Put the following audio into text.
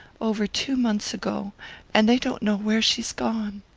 over two months ago and they don't know where she's gone.